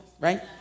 right